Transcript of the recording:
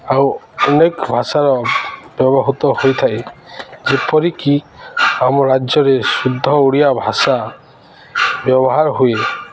ଆଉ ଅନେକ ଭାଷାର ବ୍ୟବହୃତ ହୋଇଥାଏ ଯେପରିକି ଆମ ରାଜ୍ୟରେ ଶୁଦ୍ଧ ଓଡ଼ିଆ ଭାଷା ବ୍ୟବହାର ହୁଏ